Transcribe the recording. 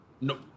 no